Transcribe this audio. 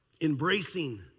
Embracing